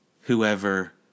whoever